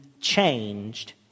changed